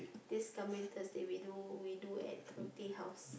this coming Thursday we do we do at Tang-Tea-House